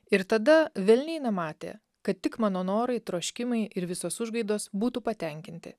ir tada velniai nematė kad tik mano norai troškimai ir visos užgaidos būtų patenkinti